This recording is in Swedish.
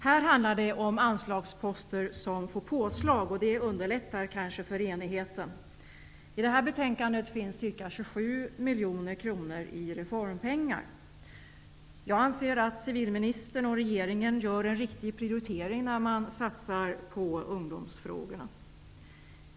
Här handlar det om anslagsposter som får påslag, och det underlättar kanske enigheten. I detta betänkande finns ca 27 miljoner kronor i reformpengar. Jag anser att civilministern och regeringen gör en riktig prioritering, när de satsar på ungdomsfrågorna.